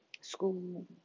school